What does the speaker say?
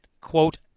quote